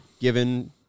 given